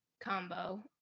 combo